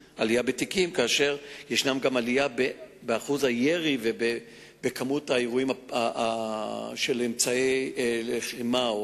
ויש גם עלייה בשיעור מקרי הירי ובמספר האירועים של אמצעי לחימה,